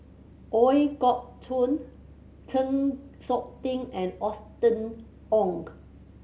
Ooi Kok Chuen Chng Seok Tin and Austen Ong